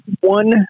One